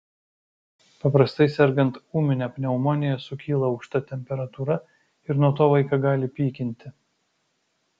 paprastai sergant ūmine pneumonija sukyla aukšta temperatūra ir nuo to vaiką gali pykinti